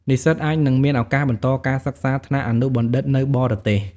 និស្សិតអាចនឹងមានឱកាសបន្តការសិក្សាថ្នាក់អនុបណ្ឌិតនៅបរទេស។